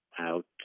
out